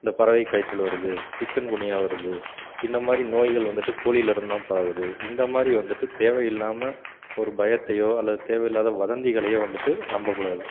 இந்தப் பறவைக் காய்ச்சல் வருது சிக்கன் குனியா வருது இந்த மாதிரி நோய்கள் வந்துவிட்டு கோழியில் இருந்துதான் பரவுது இந்த மாதிரி வந்துவிட்டு தேவையில்லாமல் ஒரு பயத்தையோ அல்லது தேவையில்லாத வதந்திகளையோ வந்துவிட்டு நம்பக்கூடாது